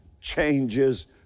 changes